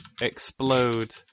explode